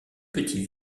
petits